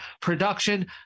production